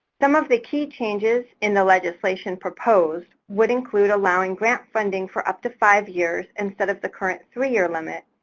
some of the key changes in the legislation proposed would include allowing grant funding for up to five years instead of the current three year limit,